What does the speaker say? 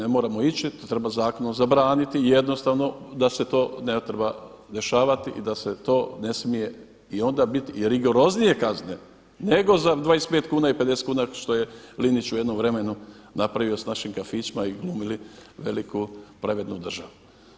Ne moramo ići, to treba zakonom zabraniti jednostavno da se to ne treba dešavati i da se to ne smije i onda biti i rigoroznije kazne nego za 25 kuna i 50 kuna što je Linić u jednom vremenu napravio s našim kafićima i glumili veliku pravednu državu.